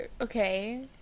Okay